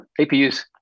APUs